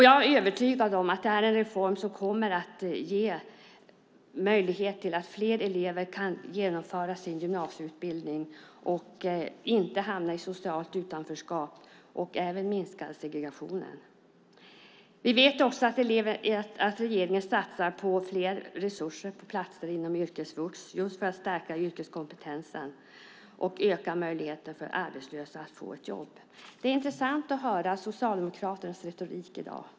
Jag är övertygad om att det här är en reform som kommer att ge fler elever möjlighet att genomföra sin gymnasieutbildning, så att de inte hamnar i socialt utanförskap. Det kommer även att minska segregationen. Vi vet också att regeringen satsar resurser på platser inom yrkesvux, just för att stärka yrkeskompetensen och öka möjligheten för arbetslösa att få ett jobb. Det är intressant att höra Socialdemokraternas retorik i dag.